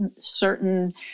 certain